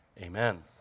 Amen